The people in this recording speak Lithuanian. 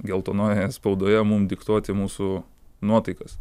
geltonojoje spaudoje mum diktuoti mūsų nuotaikas